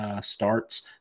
starts